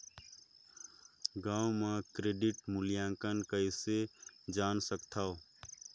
गांव म क्रेडिट मूल्यांकन कइसे जान सकथव?